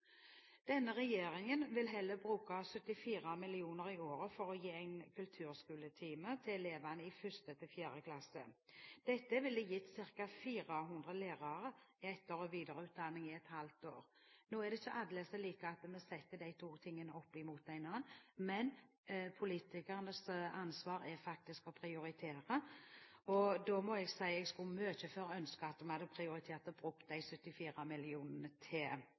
Denne regjeringen vil heller bruke 74 mill. kr i året på å gi en kulturskoletime til elevene i 1. til 4. klasse. Dette ville gitt ca. 400 lærere etter- og videreutdanning i et halvt år. Nå er det ikke alle som liker at vi setter de to tingene opp mot hverandre, men politikernes ansvar er faktisk å prioritere. Da må jeg si at jeg skulle mye heller ønske at vi hadde prioritert disse 74 mill. kr til